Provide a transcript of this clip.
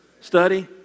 study